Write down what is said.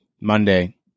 monday